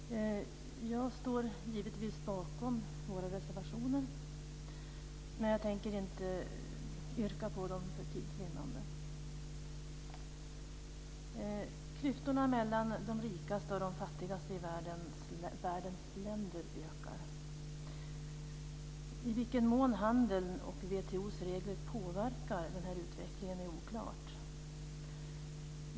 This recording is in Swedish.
Herr talman! Jag står givetvis bakom våra reservationer, men jag tänker inte yrka bifall till dem för tids vinnande. Klyftorna mellan de rikaste och de fattigaste i världens länder ökar. I vilken mån handeln och WTO:s regler påverkar den utvecklingen är oklart.